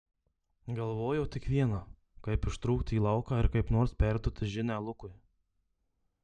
galvojo tik viena kaip ištrūkti į lauką ir kaip nors perduoti žinią lukui